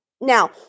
Now